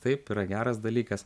taip yra geras dalykas